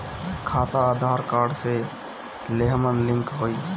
खाता आधार कार्ड से लेहम लिंक होई?